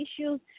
issues